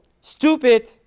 Stupid